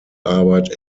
arbeit